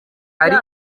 hari